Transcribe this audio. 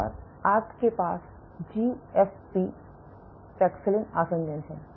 और आपके पास जीएफ़पी पैक्सिलिन आसंजन हैं